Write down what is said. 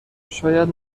شاید